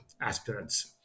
aspirants